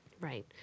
Right